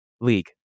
league